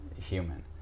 human